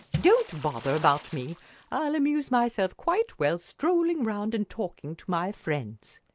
don't bother about me i'll amuse myself quite well strolling round and talking to my friends.